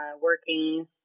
working